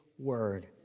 Word